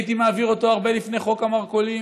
הייתי מעביר אותו הרבה לפני חוק המרכולים,